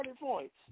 points